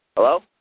hello